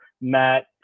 matt